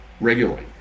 regularly